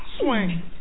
Swing